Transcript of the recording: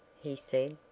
he said,